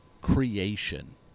creation